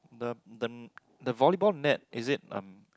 the the the volleyball net is it um